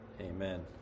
Amen